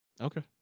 Okay